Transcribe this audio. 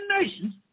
nations